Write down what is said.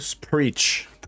Preach